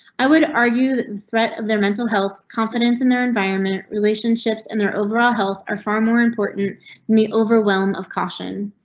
i would argue that the threat of their mental health, confidence in their environment, relationships in and their overall health are far more important than the overwhelm of caution.